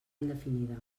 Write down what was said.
indefinida